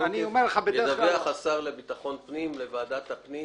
לתוקף ידווח השר לביטחון פנים לוועדת הפנים